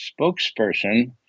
spokesperson